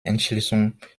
entschließung